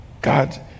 god